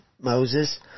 Moses